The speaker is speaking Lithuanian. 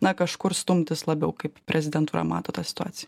na kažkur stumtis labiau kaip prezidentūra mato tą situaciją